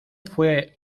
fue